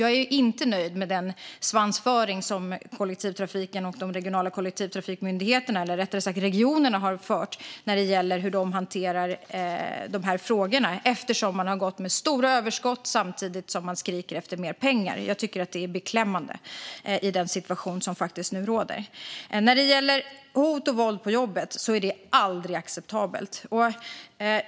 Jag är inte nöjd med den svansföring som kollektivtrafiken och de regionala kollektivtrafikmyndigheterna, eller rättare sagt regionerna, har haft i hanteringen av de här frågorna, eftersom man har gått med stora överskott samtidigt som man skrikit efter mer pengar. Jag tycker att det är beklämmande i den situation som nu råder. Hot och våld på jobbet är aldrig acceptabelt.